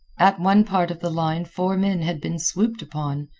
at one part of the line four men had been swooped upon,